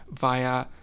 via